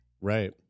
Right